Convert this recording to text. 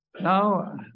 Now